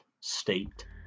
state